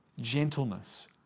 gentleness